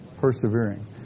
persevering